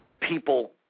people